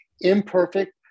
imperfect